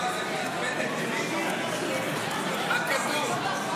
--- מה כתוב?